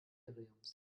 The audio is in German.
imperiums